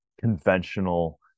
conventional